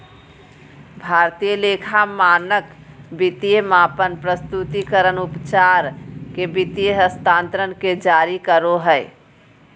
भारतीय लेखा मानक वित्तीय मापन, प्रस्तुतिकरण, उपचार के वित्तीय हस्तांतरण के जारी करो हय